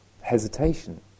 hesitation